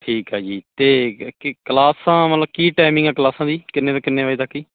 ਠੀਕ ਆ ਜੀ ਅਤੇ ਕੀ ਕਲਾਸਾਂ ਮਤਲਬ ਕੀ ਟਾਈਮਿੰਗ ਆ ਕਲਾਸਾਂ ਦੀ ਕਿੰਨੇ ਤੋਂ ਕਿੰਨੇ ਵਜੇ ਤੱਕ ਜੀ